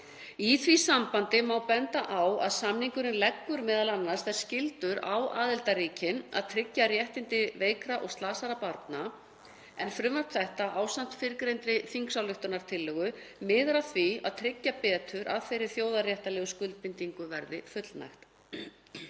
Í því sambandi má benda á að samningurinn leggur m.a. þær skyldur á aðildarríkin að tryggja réttindi veikra og slasaðra barna en frumvarp þetta ásamt fyrrgreindri þingsályktunartillögu miðar að því að tryggja betur að þeirri þjóðréttarlegu skuldbindingu verði fullnægt.